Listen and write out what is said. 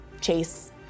chase